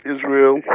Israel